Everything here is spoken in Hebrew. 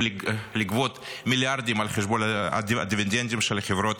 לגבות מיליארדים על חשבון הדיבידנדים של החברות